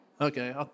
Okay